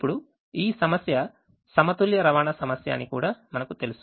ఇప్పుడు ఈ సమస్య సమతుల్య రవాణా సమస్య అని కూడా మనకు తెలుసు